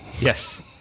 Yes